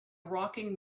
rocking